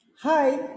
Hi